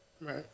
Right